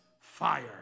fire